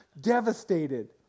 devastated